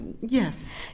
Yes